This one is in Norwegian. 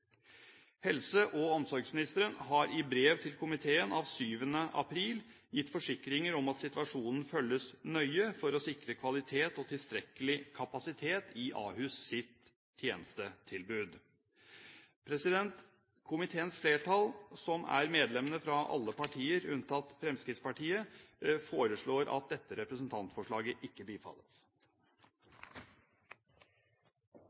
Helse- og omsorgsministeren har i brev til komiteen av 7. april gitt forsikringer om at situasjonen følges nøye for å sikre kvalitet og tilstrekkelig kapasitet i Ahus' tjenestetilbud. Komiteens flertall, som er medlemmene fra aller partier unntatt Fremskrittspartiet, foreslår at dette representantforslaget ikke bifalles.